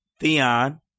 Theon